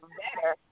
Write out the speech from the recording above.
better